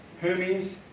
Hermes